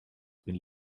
been